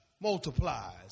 multiplies